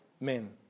men